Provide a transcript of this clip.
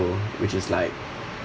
which is like